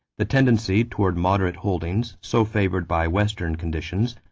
the tendency toward moderate holdings, so favored by western conditions,